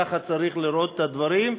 ככה צריך לראות את הדברים.